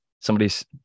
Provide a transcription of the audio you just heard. somebody's